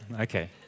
Okay